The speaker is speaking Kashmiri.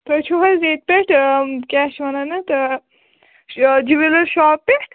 تۄہہِ چھِ حظ ییٚتہِ پٮ۪ٹھ کیٛاہ چھِ وَنان اَتھ جِولر شاپہٕ پٮ۪ٹھ